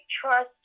trust